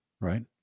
Right